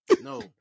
No